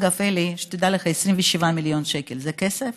אגב, אלי, שתדע לך, 27 מיליון שקל, זה כסף?